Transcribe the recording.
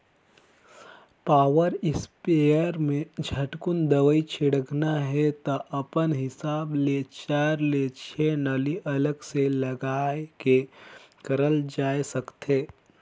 power sprayer में झटकुन दवई छिटना हे त अपन हिसाब ले चार ले छै नली अलग से लगाये के करल जाए सकथे